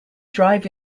drive